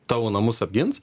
tavo namus apgins